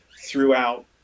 Throughout